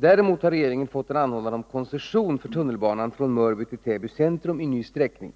Däremot har regeringen fått en anhållan om koncession för tunnelbanan från Mörby till Täby centrum i ny sträckning.